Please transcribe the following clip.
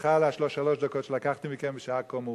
וסליחה על שלוש הדקות שלקחתי מכם בשעה כה מאוחרת.